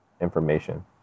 information